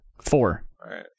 Four